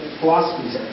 philosophies